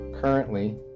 currently